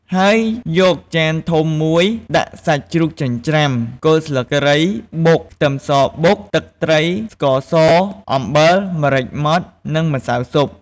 ហើយ យកចានធំមួយ ដាក់សាច់ជ្រូកចិញ្ច្រាំ គល់ស្លឹកគ្រៃបុក ខ្ទឹមសបុក ទឹកត្រី ស្ករស អំបិល ម្រេចម៉ដ្ឋ និងម្សៅស៊ុប។